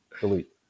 delete